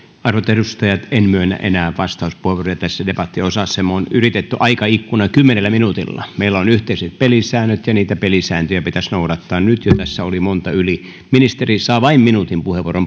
edustajat en myönnä enää vastauspuheenvuoroja tässä debattiosassa me olemme ylittäneet aikaikkunan kymmenellä minuutilla meillä on yhteiset pelisäännöt ja niitä pelisääntöjä pitäisi noudattaa jo nyt tässä oli monta yli ministeri saa vain minuutin puheenvuoron